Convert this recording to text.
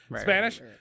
Spanish